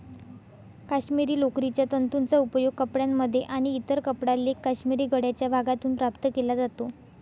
काश्मिरी लोकरीच्या तंतूंचा उपयोग कपड्यांमध्ये आणि इतर कपडा लेख काश्मिरी गळ्याच्या भागातून प्राप्त केला जातो